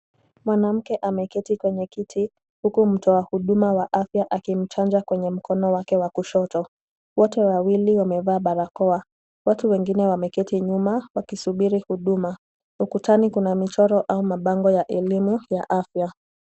Mwanamke ameketi kwenye kiti huku mtoa huduma wa afya akimchanja kwenye mkono wake wa kushoto. Wote wawili wamevaa barakoa. Watu wengine wameketi nyuma wakisubiri huduma. Ukutani kuna michoro au mabango ya elimu ya afya.